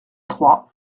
trois